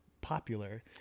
popular